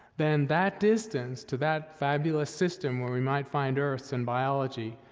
then, that distance to that fabulous system, where we might find earths and biology,